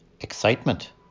Excitement